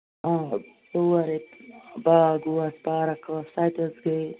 آ سورُے باغ اوس پارَک ٲس سۄ تہِ حظ گٔے